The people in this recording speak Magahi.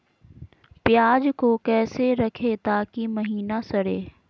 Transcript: प्याज को कैसे रखे ताकि महिना सड़े?